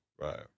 Right